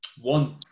one